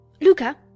Luca